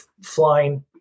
flying